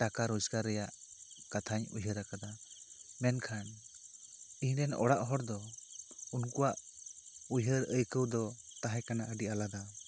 ᱴᱟᱠᱟ ᱨᱳᱡᱽᱜᱟᱨ ᱨᱮᱭᱟᱜ ᱠᱟᱛᱷᱟᱧ ᱩᱭᱦᱟᱹᱨ ᱟᱠᱟᱫᱟ ᱢᱮᱱᱠᱷᱟᱱ ᱤᱧᱨᱮᱱ ᱚᱲᱟᱜ ᱦᱚᱲ ᱫᱚ ᱩᱱᱠᱩᱭᱟᱜ ᱩᱭᱦᱟᱹᱨ ᱟᱹᱭᱠᱟᱹᱣ ᱫᱚ ᱛᱟᱦᱮᱸ ᱠᱟᱱᱟ ᱟᱹᱰᱤ ᱟᱞᱟᱫᱟ